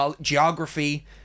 geography